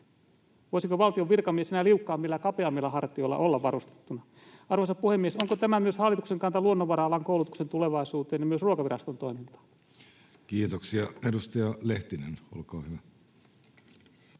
Voisiko valtion virkamies enää liukkaammilla ja kapeammilla hartioilla olla varustettuna? Arvoisa puhemies! Onko tämä myös hallituksen kanta luonnonvara-alan koulutuksen tulevaisuuteen ja myös Ruokaviraston toimintaan? Kiitoksia. — Edustaja Lehtinen, olkaa hyvä.